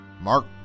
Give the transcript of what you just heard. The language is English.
Mark